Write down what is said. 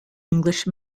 english